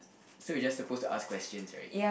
so we are just suppose to ask questions right